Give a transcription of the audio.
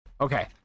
Okay